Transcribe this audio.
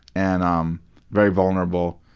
and um very vulnerable.